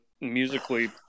musically